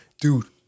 dude